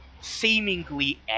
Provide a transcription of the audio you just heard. seemingly